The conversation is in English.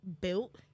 built